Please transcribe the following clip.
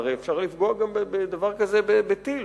הרי אפשר לפגוע בדבר כזה גם בטיל,